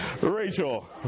Rachel